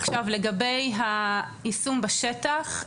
לגבי היישום בשטח,